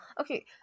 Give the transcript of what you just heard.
Okay